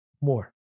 more